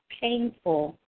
painful